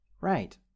Right